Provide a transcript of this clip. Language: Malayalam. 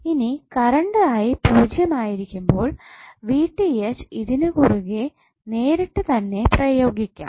ഇനി കറണ്ട് പൂജ്യം ആയിരികുമ്പോൾ ഇതിനു കുറുകെ നേരിട്ട് തന്നെ പ്രയോഗിക്കാം